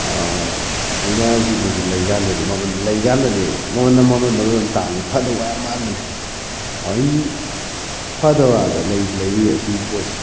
ꯑꯩꯅ ꯁꯤ ꯄꯣꯠꯁꯦ ꯂꯩꯀꯥꯟꯗꯗꯤ ꯃꯃꯜ ꯂꯩꯀꯥꯟꯗꯗꯤ ꯃꯃꯜꯅ ꯃꯃꯜ ꯃꯔꯣꯟ ꯑꯃ ꯇꯥꯡꯏꯕ ꯐꯥꯗꯧꯒ ꯌꯥꯝ ꯃꯥꯟꯕꯅꯦ ꯐꯥꯗꯧꯔꯥꯅ ꯂꯩꯗꯤ ꯂꯩꯔꯨꯏ ꯑꯁꯤꯒꯤ ꯄꯣꯠꯁꯦ